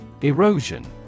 Erosion